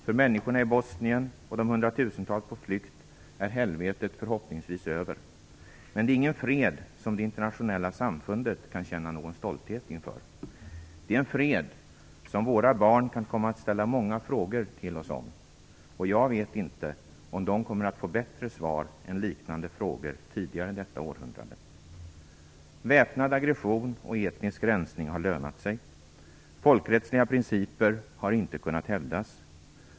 För människorna i Bosnien och de hundratusentals på flykt är helvetet förhoppningsvis över. Men det är ingen fred som det internationella samfundet kan känna någon stolthet inför. Det är en fred som våra barn kan komma att ställa många frågor till oss om. Och jag vet inte om de kommer att få bättre svar på dem än man fått på liknande frågor tidigare detta århundrade. Väpnad aggression och etnisk rensning har lönat sig. Folkrättsliga principer har inte kunnat hävdas.